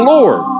Lord